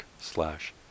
slash